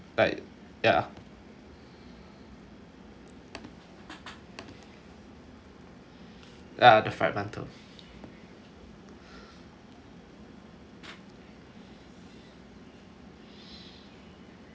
like ya ah a'ah the fried mantou